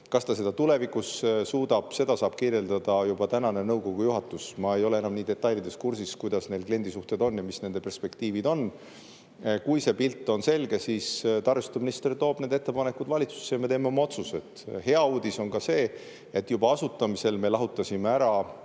Kas ta seda tulevikus suudab, seda saab kirjeldada juba tänane nõukogu ja juhatus. Ma ei ole enam detailides kursis, kuidas neil kliendisuhted on ja mis nende perspektiivid on. Kui see pilt on selge, siis taristuminister toob ettepanekud valitsusse ja me teeme oma otsused. Hea uudis on ka see, et juba asutamisel me lahutasime